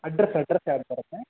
address address ಯಾವ್ದು ಬರುತ್ತೆ